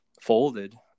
folded